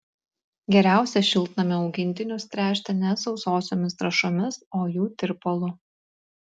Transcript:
geriausia šiltnamio augintinius tręšti ne sausosiomis trąšomis o jų tirpalu